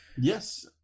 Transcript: yes